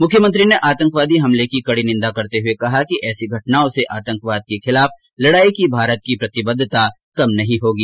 मुख्यमंत्री ने आतंकवादी हमले की कड़ी निंदा करते हुए कहा कि ऐसी घटनाओं से आतंकवाद के खिलाफ लड़ाई की भारत की प्रतिबद्वता कम नहीं होगी